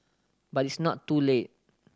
but it's not too late